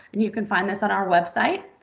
and you can find this on our website,